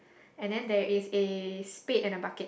and then there is a spade and a bucket